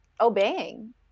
obeying